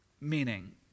Meaning